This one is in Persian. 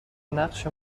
نقش